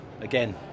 Again